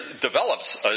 develops